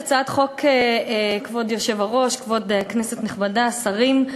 כבוד היושב-ראש, כנסת נכבדה, שרים,